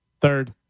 Third